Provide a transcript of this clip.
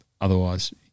otherwise